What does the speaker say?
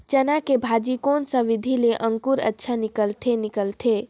चाना के बीजा कोन सा विधि ले अंकुर अच्छा निकलथे निकलथे